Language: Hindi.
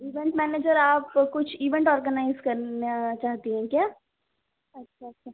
जी बैंक मैनेजर आप कुछ इवेंट ऑर्गेनाइजर करना चाहती हैं क्या अच्छा अच्छा